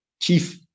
chief